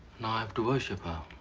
now i have to worship her.